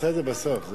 עזוב, תעשה את זה בסוף.